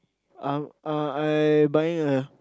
uh uh I buying a